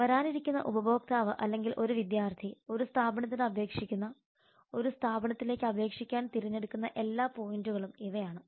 വരാനിരിക്കുന്ന ഉപഭോക്താവ് അല്ലെങ്കിൽ ഒരു വിദ്യാർത്ഥി ഒരു സ്ഥാപനത്തിന് അപേക്ഷിക്കുന്ന ഒരു സ്ഥാപനത്തിലേക്ക് അപേക്ഷിക്കാൻ തിരഞ്ഞെടുക്കുന്ന എല്ലാ പോയിന്റുകളും ഇവയാണ്